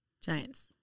Giants